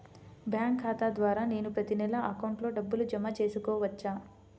Bank ఖాతా ద్వారా నేను ప్రతి నెల అకౌంట్లో డబ్బులు జమ చేసుకోవచ్చా?